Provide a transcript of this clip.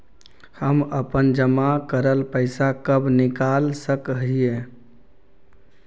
हम अपन जमा करल पैसा कब निकाल सक हिय?